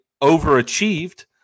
overachieved